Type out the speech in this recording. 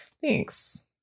Thanks